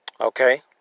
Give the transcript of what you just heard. Okay